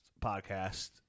podcast